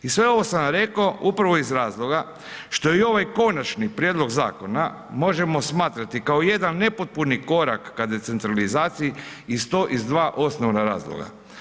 I sve ono sam vam rekao upravo iz razloga što i ovaj konačni prijedlog zakona možemo smatrati kao jedan nepotpuni korak ka decentralizaciji i to iz dva osnovna razloga.